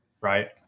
right